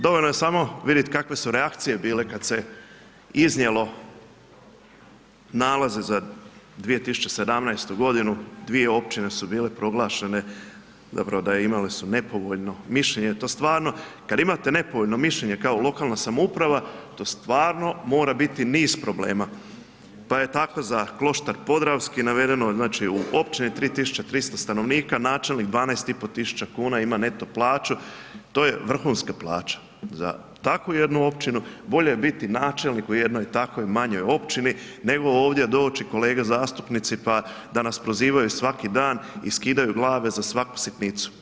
Dovoljno je samo vidjeti kakve su reakcije bile kada se iznijelo nalaze sa 2017. g., dvije općine su bile proglašenje, zapravo da imale su nepovoljno mišljenje, to stvarno, kad imate nepovoljno mišljenje kao lokalna samouprava, to stvarno mora biti niz problema, pa je tako za Kloštar Podravski navedeno, znači u općini 3300 stanovnika, načelnik 12 i pol tisuća kuna ima neto plaću, to je vrhunska plaća, za takvu jednu općinu bolje biti načelnik u jednoj takvoj manjoj općini, nego ovdje doći kolege zastupnici, pa da nas prozivaju svaki dan i skidaju glave za svaku sitnicu.